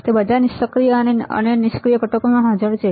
તે બધા સક્રિય અને નિષ્ક્રિય ઘટકોમાં હાજર છે